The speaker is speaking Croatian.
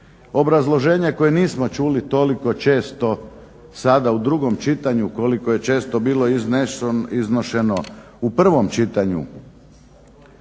Obrazloženje koje nismo čuli toliko često sada u drugom čitanju koliko je često bilo iznošeno u prvom čitanju